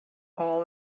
all